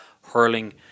hurling